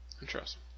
Interesting